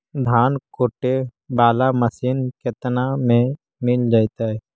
धान कुटे बाला मशीन केतना में मिल जइतै?